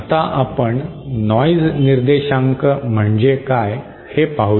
आता आपण नॉइज निर्देशांक म्हणजे काय हे पाहू या